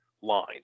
line